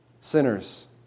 sinners